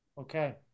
Okay